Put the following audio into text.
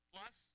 Plus